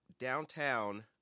Downtown